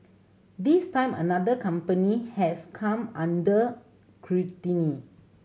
this time another company has come under